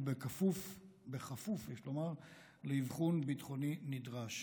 וכפוף לאבחון ביטחוני נדרש.